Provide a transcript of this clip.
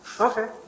Okay